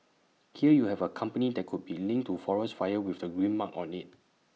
here you have A company that could be linked to forest fires with the green mark on IT